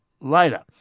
later